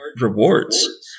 rewards